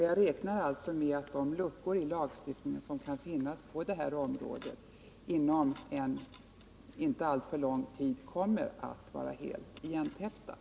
Jag räknar alltså med att de luckor i lagstiftningen som kan finnas på detta område kommer att vara helt igentäppta inom en inte alltför lång tid.